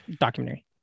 documentary